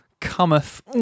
cometh